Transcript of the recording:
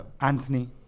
Anthony